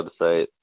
website